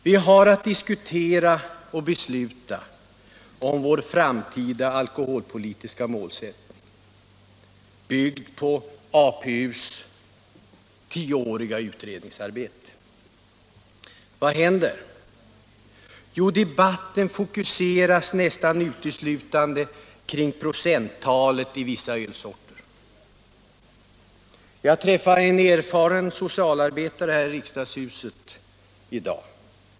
Vi har att diskutera och besluta om vår framtida alkoholpolitiska målsättning, byggd på APU:s tioåriga utredningsarbete. Vad händer? Jo, debatten fokuseras nästan uteslutande kring procenttalet i vissa ölsorter. Jag träffade en erfaren socialarbetare här i riksdagshuset i dag.